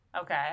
Okay